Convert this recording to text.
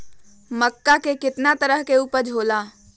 मक्का के कितना तरह के उपज हो ला?